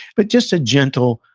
but just a gentle,